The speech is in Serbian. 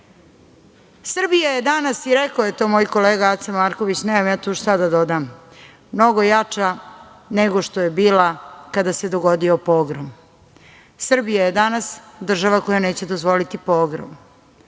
ćute. Srbija je danas, i rekao je to moj kolega Aca Marković, nemam ja tu šta da dodam, mnogo jača nego što je bila kada se dogodio pogrom. Srbija je danas država koja neće dozvoliti pogrom.